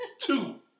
two